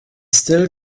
still